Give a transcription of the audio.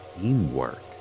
teamwork